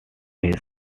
his